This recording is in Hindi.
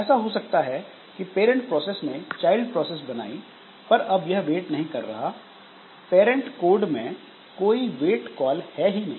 ऐसा हो सकता है कि पैरंट प्रोसेस ने चाइल्ड प्रोसेस बनाई पर अब यह वेट नहीं कर रहा पैरेंट कोड में कोई वेट कॉल है ही नहीं